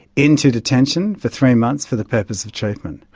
into detention for three months for the purpose of treatment.